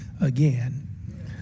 again